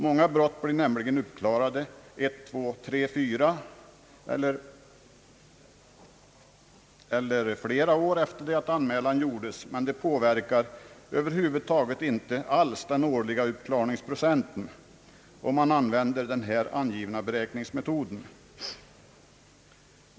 Många brott blir nämligen uppklarade ett, två, tre, fyra eller flera år efter det anmälan gjorts, men detta påverkar över huvud taget inte alls den årliga uppklaringsprocenten om man använder den här angivna beräkningsmetoden.